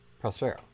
Prospero